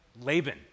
Laban